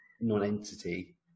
non-entity